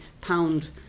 pound